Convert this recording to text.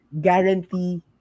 guarantee